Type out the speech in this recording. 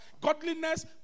godliness